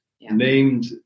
named